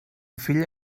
fill